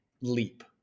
leap